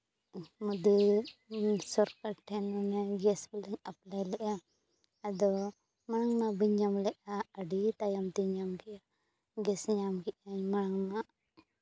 ᱢᱳᱫᱤ ᱥᱚᱨᱠᱟᱨ ᱴᱷᱮᱡ ᱢᱟᱱᱮ ᱜᱮᱥ ᱞᱟᱹᱜᱤᱫ ᱤᱧ ᱮᱯᱞᱟᱭ ᱞᱮᱜᱼᱟ ᱟᱫᱚ ᱢᱟᱲᱟᱝ ᱢᱟ ᱵᱟᱹᱧ ᱧᱟᱢ ᱞᱮᱜᱼᱟ ᱟᱹᱰᱤ ᱛᱟᱭᱚᱢ ᱛᱤᱧ ᱧᱟᱢ ᱠᱮᱜᱼᱟ ᱜᱮᱥ ᱧᱟᱢ ᱠᱮᱜᱼᱟ ᱢᱟᱲᱟᱝ ᱢᱟ